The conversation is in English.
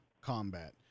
combat